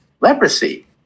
leprosy